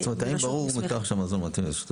זאת אומרת, האם ברור מכך שהמזון מתאים.